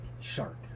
Shark